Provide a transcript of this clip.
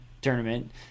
tournament